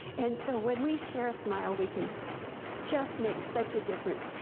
and so when we share a smile, we can just make such a difference,